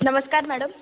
नमस्कार मॅडम